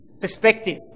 perspective